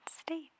state